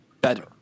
better